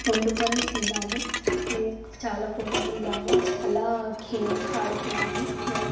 వండుకుని తిన్నాము లైక్ చాలా ఫోటోస్ దిగాము చాలా గేమ్స్ ఆడుకున్నాము లైక్